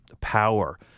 power